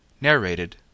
narrated